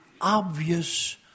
obvious